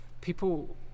people